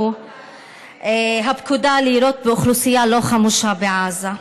שהוא הפקודה לירות באוכלוסייה לא חמושה בעזה.